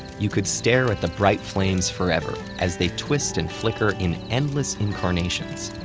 you could stare at the bright flames forever as they twist and flicker in endless incarnations.